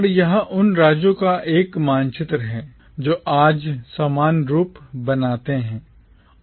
और यह उन राज्यों का एक मानचित्र है जो आज सामान्य रूप बनाते हैं